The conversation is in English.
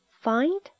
find